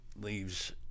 leaves